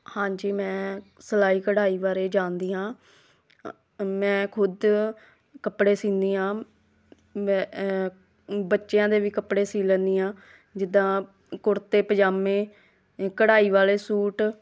ਹਾਂਜੀ ਮੈਂ ਸਿਲਾਈ ਕਢਾਈ ਬਾਰੇ ਜਾਣਦੀ ਹਾਂ ਮੈਂ ਖੁਦ ਕੱਪੜੇ ਸਿਉਂਦੀ ਹਾਂ ਮੈਂ ਬੱਚਿਆਂ ਦੇ ਵੀ ਕੱਪੜੇ ਸੀਅ ਲੈਂਦੀ ਹਾਂ ਜਿੱਦਾਂ ਕੁੜਤੇ ਪਜਾਮੇ ਕਢਾਈ ਵਾਲੇ ਸੂਟ